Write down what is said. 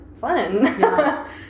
fun